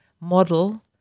model